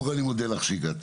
קודם כול אני מודה לך שהגעת,